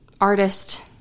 artist